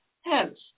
Hence